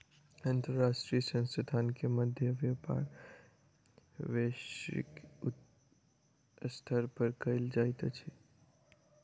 अंतर्राष्ट्रीय संस्थान के मध्य व्यापार वैश्विक स्तर पर कयल जाइत अछि